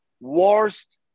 worst